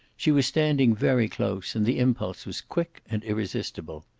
she was standing very close, and the impulse was quick and irresistible.